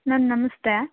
ma'am ನಮಸ್ತೆ